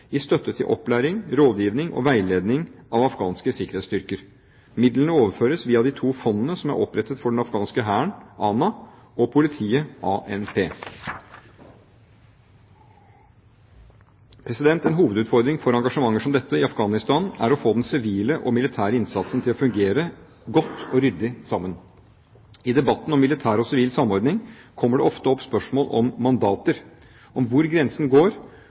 i støtte til opplæring, rådgivning og veiledning av afghanske sikkerhetsstyrker. Midlene overføres via de to fondene som er opprettet for den afghanske hæren, ANA, og politiet, ANP. En hovedutfordring for engasjementer som dette i Afghanistan er å få den sivile og den militære innsatsen til å fungere godt og ryddig sammen. I debatten om militær og sivil samordning kommer det ofte opp spørsmål om mandater, om hvor grensen går,